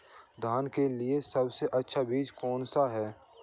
धान के लिए सबसे अच्छा बीज कौन सा है?